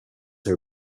her